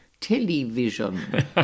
television